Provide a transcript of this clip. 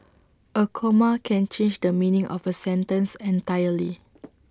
A comma can change the meaning of A sentence entirely